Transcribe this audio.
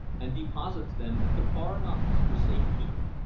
and deposits them at the foreign office for safekeeping.